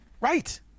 Right